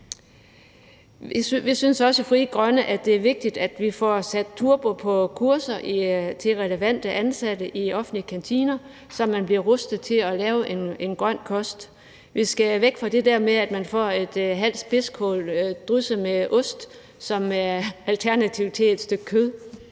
Vi synes også i Frie Grønne, at det er vigtigt, at vi får sat turbo på kurser til relevante ansatte i offentlige kantiner, så man bliver rustet til at lave en grøn kost. Vi skal væk fra det der med, at man får et halvt spidskål drysset med ost som alternativ til et stykke kød.